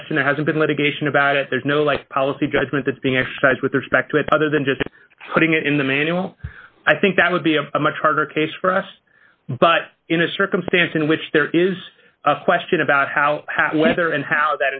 question there hasn't been litigation about it there's no life policy judgment that's being exercised with respect to it other than just putting it in the manual i think that would be a much harder case for us but in a circumstance in which there is a question about how whether